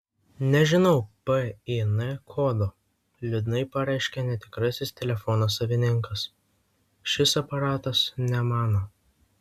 nežinau pin kodo liūdnai pareiškia netikrasis telefono savininkas šis aparatas ne mano